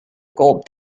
gold